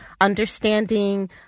understanding